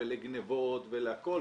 לגניבות והכל.